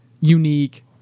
unique